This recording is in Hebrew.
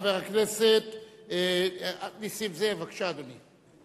חבר הכנסת נסים זאב, בבקשה, אדוני.